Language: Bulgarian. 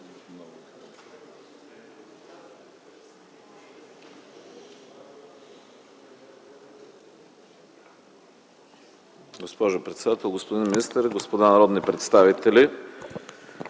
Госпожо председател, господин министър, господа народни представители!